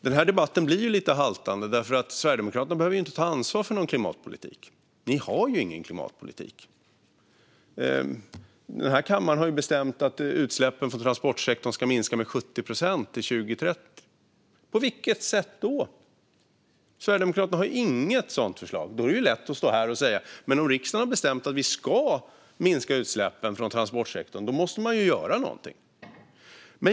Den här debatten blir lite haltande, för Sverigedemokraterna behöver ju inte ta ansvar för någon klimatpolitik. Ni har ju ingen klimatpolitik! Den här kammaren har bestämt att utsläppen från transportsektorn ska minska med 70 procent till 2030. På vilket sätt då? Sverigedemokraterna har inget sådant förslag. Det är lätt att stå här och säga saker, men om riksdagen har bestämt att vi ska minska utsläppen från transportsektorn måste man ju göra någonting.